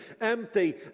empty